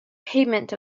payment